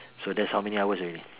so that's how many hours already